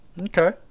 Okay